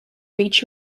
reach